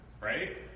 right